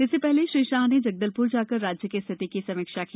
इससे हले श्री शाह ने जगदलपुर जाकर राज्य की स्थिति की समीक्षा की